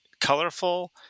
colorful